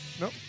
nope